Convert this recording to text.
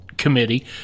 committee